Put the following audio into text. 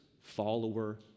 follower